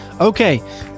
okay